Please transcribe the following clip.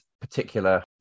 particular